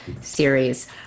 series